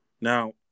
now